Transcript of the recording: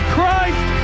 Christ